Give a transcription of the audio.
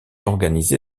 organisé